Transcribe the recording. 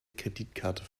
kreditkarte